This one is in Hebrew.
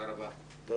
תודה.